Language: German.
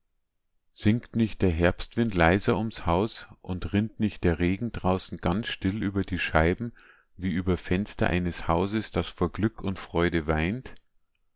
singt nicht der herbstwind leiser ums haus und rinnt nicht der regen draußen ganz still über die scheiben wie über die fenster eines hauses das vor glück und freude weint